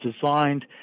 designed